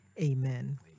Amen